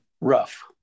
rough